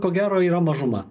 ko gero yra mažuma